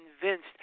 convinced